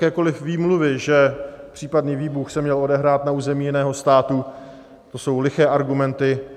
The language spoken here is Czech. Jakékoli výmluvy, že případný výbuch se měl odehrát na území jiného státu, to jsou liché argumenty.